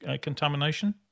contamination